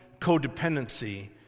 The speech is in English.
codependency